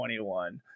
21